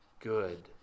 good